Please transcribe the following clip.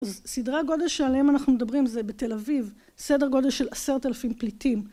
סדרי גודל שעליהן אנחנו מדברים זה בתל אביב, סדר גודל של עשרת אלפים פליטים